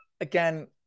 Again